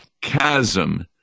chasm